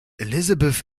elisabeth